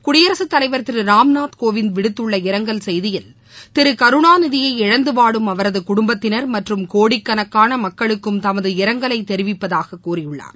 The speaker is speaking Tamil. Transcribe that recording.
குடியரசுத் தலைவர் திருராம்நாத் கோவிந்த் விடுத்துள்ள இரங்கல் செய்தியில் திருகருணாநிதியை இழந்துவாடும் அவரதுகுடும்பத்தினர் மற்றும் கோடிக்கணக்கானமக்களுக்கும் தமது இரங்கலைதெரிவிப்பதாககூறியுள்ளார்